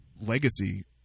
legacy